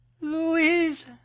Louise